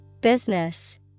Business